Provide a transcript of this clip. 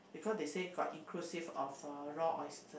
because said got inclusive offer raw oyster